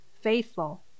faithful